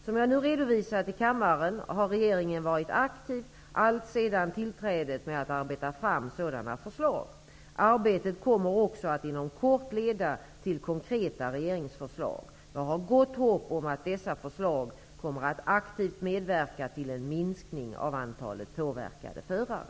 Som jag nu redovisat i kammaren har regeringen alltsedan tillträdet varit aktiv med att arbeta fram sådana förslag. Arbetet kommer också att inom kort leda till konkreta regeringsförslag. Jag har gott hopp om att dessa förslag kommer att aktivt medverka till en minskning av antalet påverkade förare.